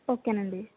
ఓకేనండి